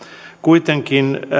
kuitenkin